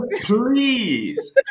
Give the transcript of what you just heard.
please